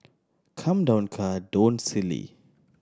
come down car don't silly